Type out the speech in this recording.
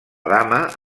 dama